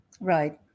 right